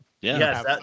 Yes